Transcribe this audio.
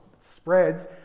spreads